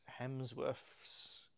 Hemsworth's